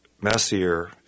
messier